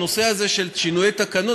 הנושא הזה של שינויי תקנון,